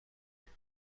برای